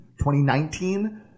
2019